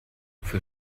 für